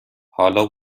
حالا